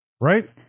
Right